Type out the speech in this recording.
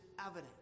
evident